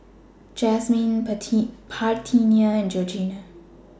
Jazmine Parthenia and Georgina